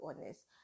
honest